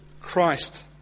Christ